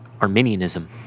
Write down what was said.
Arminianism